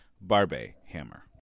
Barbe-Hammer